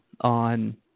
on